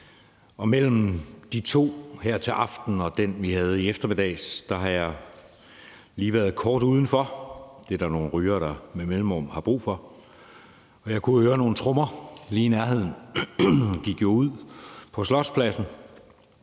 og mellem de to her til aften og den, vi havde i eftermiddags, har jeg lige været kort udenfor – det er der nogle rygere der med mellemrum har brug for – og jeg kunne høre nogle trommer lige i nærheden. Jeg gik ud på Slotspladsen